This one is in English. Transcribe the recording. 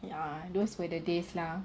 ya those were the days lah